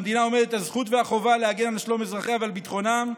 למדינה עומדת הזכות והחובה להגן על שלום אזרחיה ועל ביטחונם.